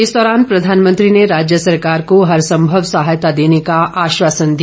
इस दौरान प्रधानमंत्री ने राज्य सरकार को हरसंभव सहायता देने का आश्वासन दिया